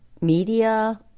media